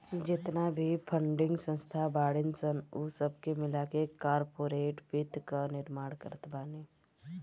जेतना भी फंडिंग संस्था बाड़ीन सन उ सब मिलके कार्पोरेट वित्त कअ निर्माण करत बानी